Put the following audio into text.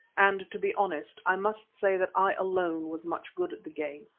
and to be honest, i must say that i alone was much good at the game,